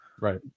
Right